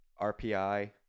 RPI